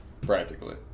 practically